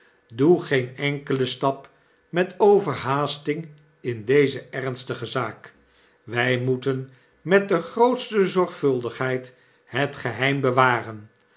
doe geen enkelen stap met overhaasting in deze ernstige zaak wg moeten met de grootste zorgvuldigneid het geheim bewaren